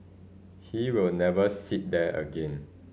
he will never sit there again